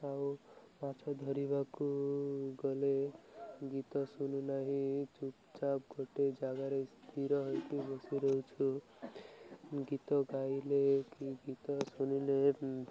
ଆଉ ମାଛ ଧରିବାକୁ ଗଲେ ଗୀତ ଶୁଣୁନାହିଁ ଚୁପଚାପ ଗୋଟେ ଜାଗାରେ ସ୍ଥିର ହୋଇକି ବସି ରହୁଛୁ ଗୀତ ଗାଇଲେ କି ଗୀତ ଶୁଣିଲେ